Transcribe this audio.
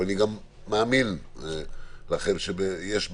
ואני גם מאמין לכם שיש בעיה,